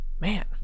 Man